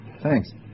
Thanks